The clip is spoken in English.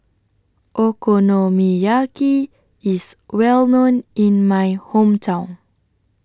Okonomiyaki IS Well known in My Hometown